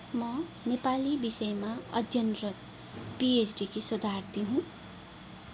म नेपाली विषयमा अध्ययनरत पिएचडीकी शोधार्थी हुँ